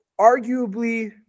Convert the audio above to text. arguably